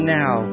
now